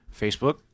Facebook